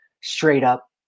straight-up